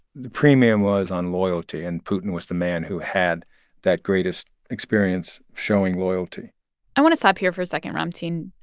the premium was on loyalty, and putin was the man who had that greatest experience showing loyalty i want to stop here for a second, ramtin.